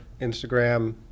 Instagram